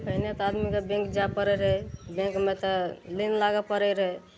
पहिने तऽ आदमीके बैंक जाय पड़ैत रहै बैंकमे तऽ लाइन लागै पड़ै रहै